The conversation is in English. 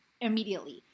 immediately